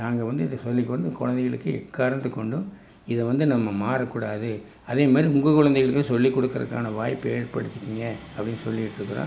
நாங்கள் வந்து இதை சொல்லி கொண்டு குழந்தைங்களுக்கு எக்காரணத்தை கொண்டும் இதை வந்து நம்ம மாறக்கூடாது அதே மாதிரி உங்கள் கொழந்தைகளுக்கும் சொல்லி கொடுக்குறதுக்கான வாய்ப்பை ஏற்படுத்திக்கோங்க அப்படின்னு சொல்லிக்கிட்டு இருக்கிறோம்